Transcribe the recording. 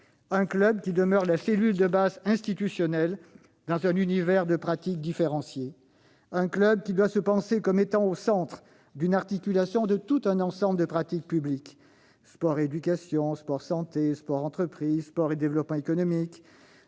lesquels demeurent la cellule de base institutionnelle dans un univers de pratiques différenciées. Ces structures doivent se penser comme étant au centre d'une articulation de tout un ensemble de pratiques publiques : sport et éducation, sport et santé, sport et entreprise, sport et développement économique,